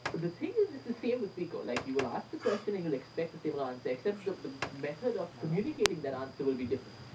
the thing is the same with peeqo, like you will ask the question and you'll expect the same and um answer, except the the method of communicating that answer will be different.